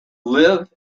live